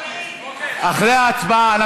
אחרי ההצבעה.